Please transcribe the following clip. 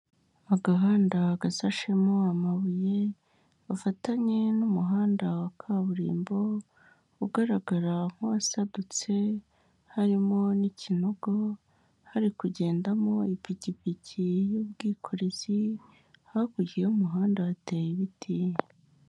Agahanda gasashemo amabuye gafatanye n'umuhanda wa kaburimbo ugaragara nk'uwasadutse harimo n'ikinogo hari kugendamo ipikipiki y'ubwikorezi hakurya y'umuhanda hateye ibiti.